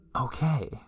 Okay